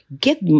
Get